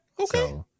okay